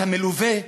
אתה מלווה,